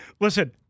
Listen